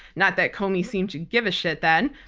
not that comey seemed to give a shit then.